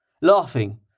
Laughing